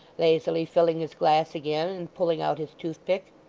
lazily filling his glass again, and pulling out his toothpick.